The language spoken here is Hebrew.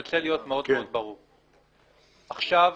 עכשיו,